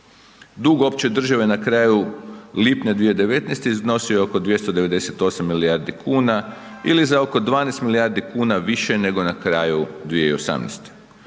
Dug opće države na kraju lipnja 2019. iznosio je oko 298 milijardi kuna ili za oko 12 milijardi kuna više nego na kraju 2018.